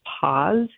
pause